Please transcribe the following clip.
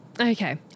Okay